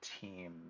team